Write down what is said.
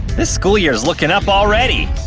this school year's looking up already!